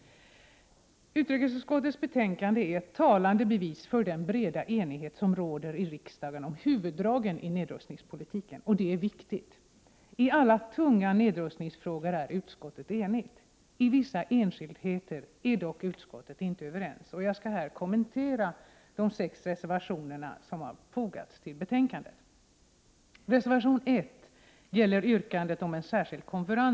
Utrikesutskottets betänkande är ett talande bevis för den breda enighet som råder i riksdagen om huvuddragen i nedrustningspolitiken. Det är viktigt. I alla tunga nedrustningsfrågor är utskottet enigt. I vissa enskildheter är dock utskottet inte överens. Jag skall här kommentera de sex reservationer som fogats till betänkandet.